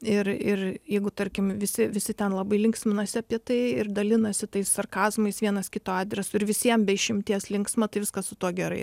ir ir jeigu tarkim visi visi ten labai linksminasi apie tai ir dalinasi tai sarkazmais vienas kito adresu ir visiem be išimties linksma tai viskas su tuo gerai